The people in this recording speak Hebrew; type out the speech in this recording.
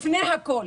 לפני הכול.